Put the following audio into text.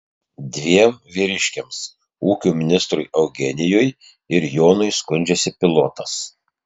dviem vyriškiams ūkio ministrui eugenijui ir jonui skundžiasi pilotas